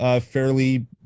fairly